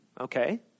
Okay